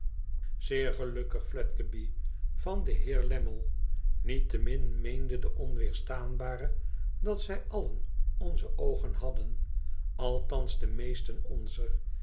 tzeer gelukkig fledgeby van den heer lammie niettemin meende de onweerstaanbare dat wij allen onze oogen hadden althans de meesten onzer